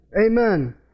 Amen